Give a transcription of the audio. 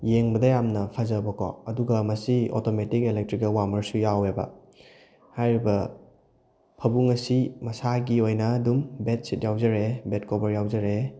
ꯌꯦꯡꯕꯗ ꯌꯥꯝꯅ ꯐꯖꯕꯀꯣ ꯑꯗꯨꯒ ꯃꯁꯤ ꯑꯣꯇꯣꯃꯦꯇꯤꯛ ꯏꯂꯦꯛꯇ꯭ꯔꯤꯀꯦꯜ ꯋꯥꯔꯃꯔꯁꯨ ꯌꯥꯎꯋꯦꯕ ꯍꯥꯏꯔꯤꯕ ꯐꯃꯨꯡ ꯑꯁꯤ ꯃꯁꯥꯒꯤ ꯑꯣꯏꯅ ꯑꯗꯨꯝ ꯕꯦꯠꯁꯤꯠ ꯌꯥꯎꯖꯔꯛꯑꯦ ꯕꯦꯠꯀꯣꯕꯔ ꯌꯥꯎꯖꯔꯛꯑꯦ